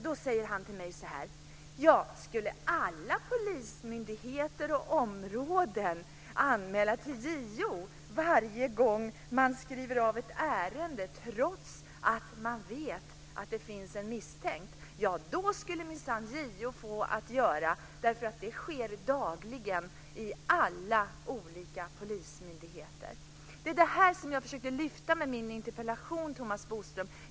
Då säger han så här till mig: Skulle alla polismyndigheter och områden anmäla det till JO varje gång man skriver av ett ärende trots att det finns en misstänkt skulle JO minsann få att göra, för det sker dagligen i alla olika polismyndigheter. Det var det här jag försökte lyfta fram med min interpellation, Thomas Bodström.